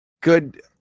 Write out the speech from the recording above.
good